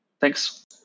Thanks